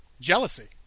Jealousy